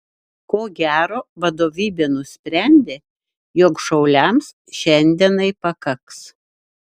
ko gero vadovybė nusprendė jog šauliams šiandienai pakaks